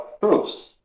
proofs